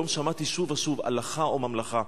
היום שמעתי שוב ושוב: הלכה או ממלכה.